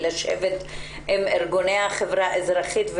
להיפגש עם ארגוני החברה האזרחית,